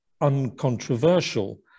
uncontroversial